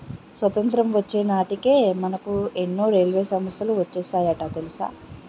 స్వతంత్రం వచ్చే నాటికే మనకు ఎన్నో రైల్వే సంస్థలు వచ్చేసాయట తెలుసా